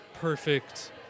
perfect